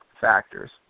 factors